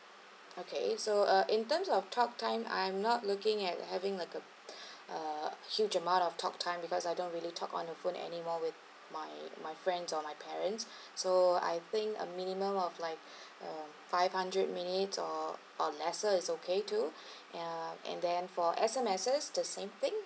okay so uh in terms of talk time I'm not looking at having like a a huge amount of talk time because I don't really talk on the phone anymore with my my friends or my parents so I think a minimum of like um five hundred minutes or lesser is okay too uh and then for S_M_S the same thing